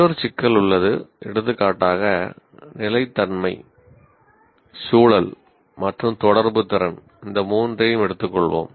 மற்றொரு சிக்கல் உள்ளது எடுத்துக்காட்டாக நிலைத்தன்மை சூழல் மற்றும் தொடர்பு திறன் இந்த மூன்றையும் எடுத்துக்கொள்வோம்